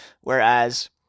whereas